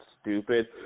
stupid